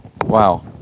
Wow